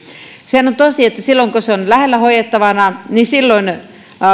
sehän on tosi että kun se on lähellä hoidettavana niin silloin